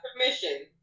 permission